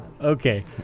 Okay